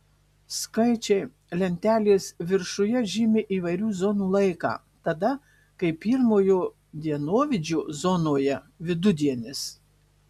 skaičiai lentelės viršuje žymi įvairių zonų laiką tada kai pirmojo dienovidžio zonoje vidudienis